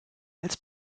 als